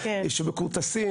שמכורטסים,